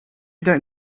don’t